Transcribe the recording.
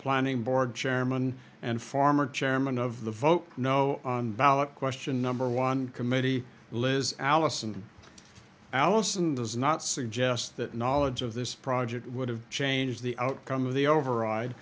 planning board chairman and former chairman of the vote no on ballot question number one committee liz allison allison does not suggest that knowledge of this project would have changed the outcome of the override